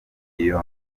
iyo